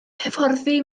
hyfforddi